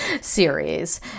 series